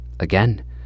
Again